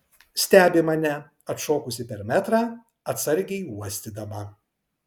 stebi mane atšokusi per metrą atsargiai uostydama